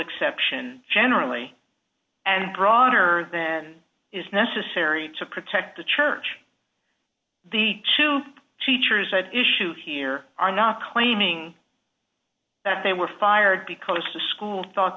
exception generally and broader than is necessary to protect the church the two teachers i'd issue here are not claiming that they were fired because the school thought